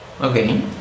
Okay